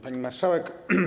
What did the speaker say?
Pani Marszałek!